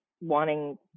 wanting